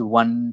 one